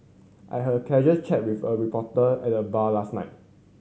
I had a casual chat with a reporter at the bar last night